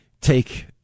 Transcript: take